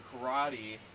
karate